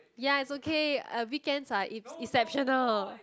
ya it's okay uh weekends are eps~ exceptional